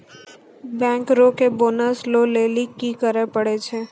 बैंकरो के बोनस लै लेली कि करै पड़ै छै?